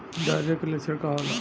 Diarrhoea के लक्षण का होला?